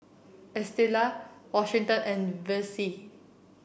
Estela Washington and Vessie